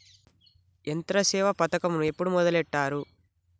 యంత్రసేవ పథకమును ఎప్పుడు మొదలెట్టారు?